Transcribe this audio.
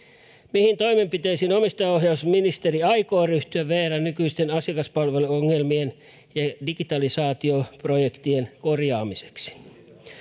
mihin toimenpiteisiin omistajaohjausministeri aikoo ryhtyä vrn nykyisten asiakaspalveluongelmien ja digitalisaatioprojektien korjaamiseksi